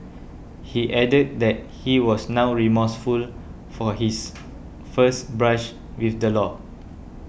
he added that he was now remorseful for his first brush with the law